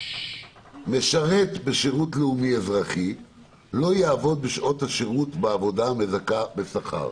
"משרת בשירות לאומי אזרחי לא יעבוד בשעות השירות בעבודה המזכה בשכר".